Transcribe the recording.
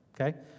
Okay